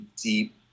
deep